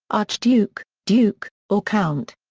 archduke, duke, or count.